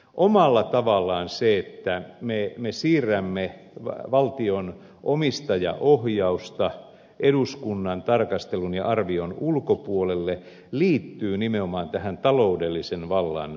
omalla tavallaan se että me siirrämme valtion omistajaohjausta eduskunnan tarkastelun ja arvion ulkopuolelle liittyy nimenomaan tähän taloudellisen vallan ohentumiseen